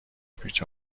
پیچ